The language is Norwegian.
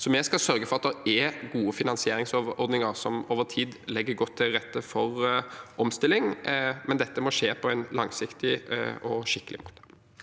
Vi skal sørge for at det er gode finansieringsordninger som over tid legger godt til rette for omstilling, men dette må skje på en langsiktig og skikkelig måte.